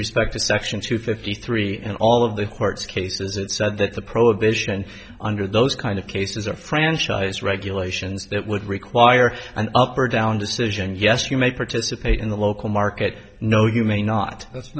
respect to section two fifty three and all of the court's cases it said that the prohibition under those kind of cases are franchise regulations that would require an up or down decision and yes you may participate in the local market no you may not that's